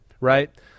right